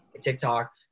TikTok